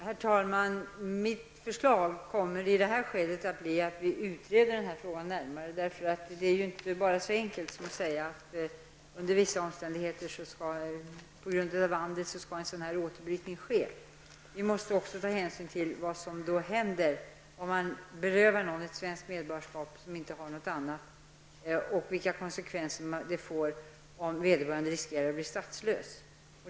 Herr talman! Mitt förslag kommer i detta skede att bli att vi utreder denna fråga närmare, eftersom det inte är så enkelt som att säga att återbrytning skall ske under vissa omständigheter på grund av vandel. Vi måste också ta hänsyn till vad som händer om man berövar någon som inte har något annat medborgarskap hans eller hennes svenska medborgarskap och vilka konsekvenser det får om vederbörande riskerar att bli statslös.